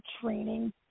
training